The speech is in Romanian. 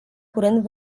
curând